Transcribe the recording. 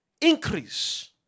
Increase